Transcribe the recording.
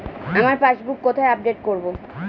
আমার পাসবুক কোথায় আপডেট করব?